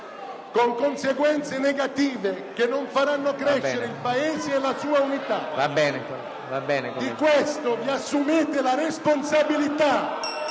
con conseguenze negative, che non faranno crescere il Paese e la sua unità. Di questo vi assumete la responsabilità